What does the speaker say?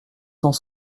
cent